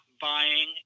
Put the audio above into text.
buying